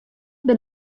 bin